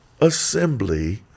assembly